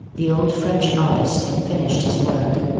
the old french artist had finished his work,